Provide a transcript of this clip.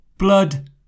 Blood